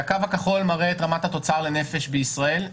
הכחול מראה את רמת התוצר לנפש בישראל,